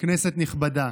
כנסת נכבדה,